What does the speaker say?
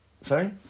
Sorry